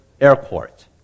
airport